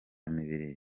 mibirizi